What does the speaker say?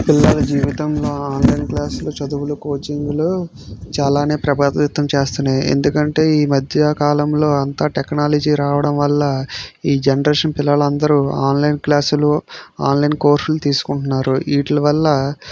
పిల్లల జీవితంలో ఆన్లైన్ క్లాసులు చదువులు కోచింగ్లు చాలానే ప్రభావితం చేస్తున్నాయి ఎందుకంటే ఈ మధ్య కాలంలో అంతా టెక్నాలజీ రావడం వల్ల ఈ జనరేషన్ పిల్లలందరూ ఆన్లైన్ క్లాసులు ఆన్లైన్ కోర్సులు తీసుకుంటున్నారు వీటిల వాళ్ళ